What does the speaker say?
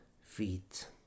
feet